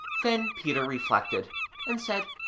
then peter reflected and said,